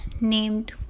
named